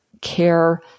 care